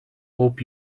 hope